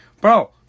bro